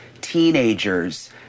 teenagers